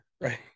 right